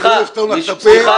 אני לא אסתום לך את הפה,